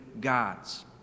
gods